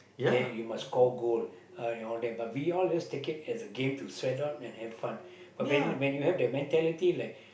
then you must score goal and all that but we all just take it as a game to sweat out and have fun but when when you have the mentality like